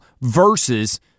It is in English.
versus –